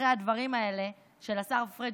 אחרי הדברים האלה של השר פריג',